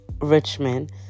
Richmond